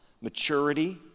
maturity